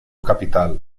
capital